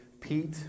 pete